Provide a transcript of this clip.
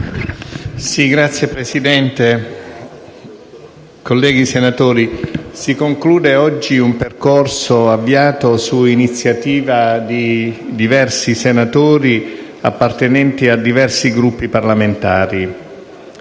Signora Presidente, colleghi senatori, si conclude oggi un percorso avviato su iniziativa di vari senatori appartenenti a diversi Gruppi parlamentari.